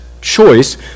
choice